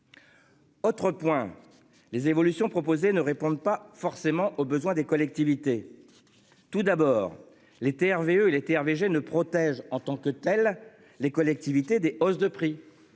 Autre point les évolutions proposées ne répondent pas forcément aux besoins des collectivités. Tout d'abord les TRV les terres ne protège en tant que telle. Les collectivités des hausses de prix